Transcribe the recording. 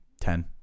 ten